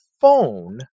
phone